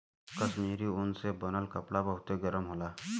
कश्मीरी ऊन से बनल कपड़ा बहुते गरम होला